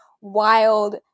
wild